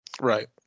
right